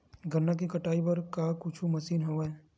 गन्ना के कटाई बर का कुछु मशीन हवय?